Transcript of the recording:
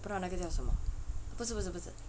不知道那个叫什么不是不是不是